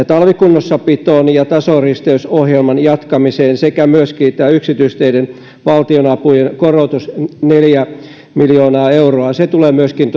talvikunnossapitoon ja tasoristeysohjelman jatkamiseen sekä myöskin tämä yksityisteiden valtionapujen korotus neljä miljoonaa euroa se tulee myöskin